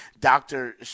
Doctor